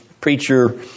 preacher